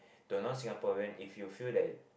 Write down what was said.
the non Singaporean if you feel that